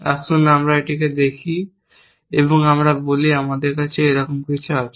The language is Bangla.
আসুন আমরা এটিকে দেখি এবং আমরা বলি আমার কাছে এরকম কিছু আছে